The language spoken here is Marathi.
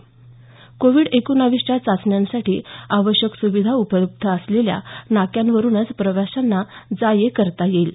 कोविड एकोणीसच्या चाचण्यांसाठी आवश्यक सुविधा उपलब्ध असलेल्या नाक्यांवरुनच प्रवाश्यांना जा ये करता येईल